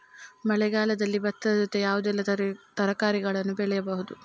ಮಳೆಗಾಲದಲ್ಲಿ ಭತ್ತದ ಜೊತೆ ಯಾವೆಲ್ಲಾ ತರಕಾರಿಗಳನ್ನು ಬೆಳೆಯಬಹುದು?